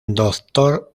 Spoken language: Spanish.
doctor